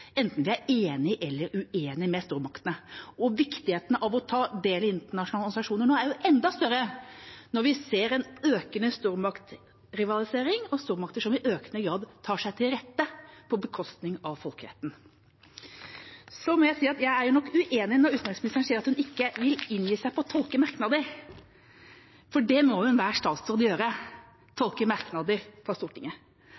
enten vi er enig eller uenig med stormaktene. Viktigheten av å ta del i internasjonale organisasjoner er jo enda større nå når vi ser en økende stormaktrivalisering og stormakter som i økende grad tar seg til rette, på bekostning av folkeretten. Så må jeg si at jeg er nok uenig når utenriksministeren sier at hun ikke vil inngi seg på å tolke merknader, for det må enhver statsråd gjøre